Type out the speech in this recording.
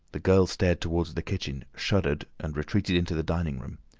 the girl stared towards the kitchen, shuddered, and retreated into the dining-room.